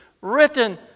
written